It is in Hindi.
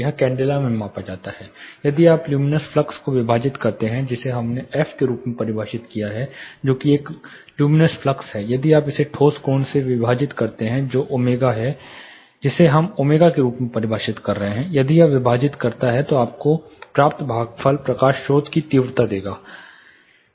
यह कैंडेला में मापा जाता है यदि आप लुमिनस फ्लक्स को विभाजित करते हैं जिसे हमने एफ के रूप में परिभाषित किया है जो कि एक चलुमिनस फ्लक्स है यदि आप इसे ठोस कोण से विभाजित करते हैं जो ओमेगा है जिसे हम ओमेगा के रूप में परिभाषित कर रहे हैं यदि यह विभाजित है तो आपको प्राप्त भागफल प्रकाश स्रोत की तीव्रता देखा